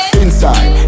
inside